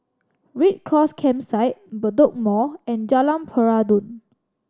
Red Cross Campsite Bedok Mall and Jalan Peradun